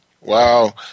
Wow